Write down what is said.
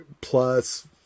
plus